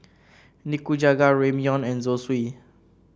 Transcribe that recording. Nikujaga Ramyeon and Zosui